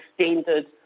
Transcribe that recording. standard